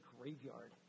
graveyard